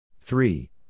Three